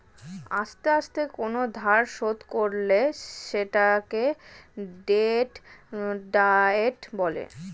আস্তে আস্তে কোন ধার শোধ করলে সেটাকে ডেট ডায়েট বলে